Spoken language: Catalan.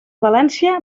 valència